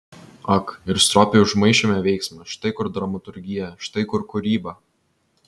ak ir stropiai užmaišėme veiksmą štai kur dramaturgija štai kur kūryba